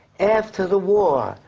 after the war,